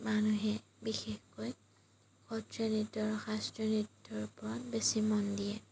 মানুহে বিশেষকৈ সত্ৰীয়া নৃত্য আৰু শাস্ত্ৰীয় নৃত্যৰ ওপৰত বেছি মন দিয়ে